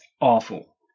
awful